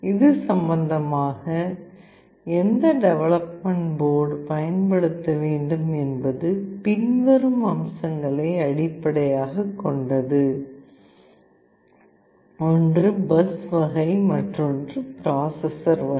இது சம்பந்தமாக எந்த டெவலப்மெண்ட் போர்டு பயன்படுத்த வேண்டும் என்பது பின்வரும் அம்சங்களை அடிப்படையாகக் கொண்டது ஒன்று பஸ் வகை மற்றொரு பிராசஸர் வகை